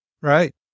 right